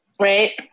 Right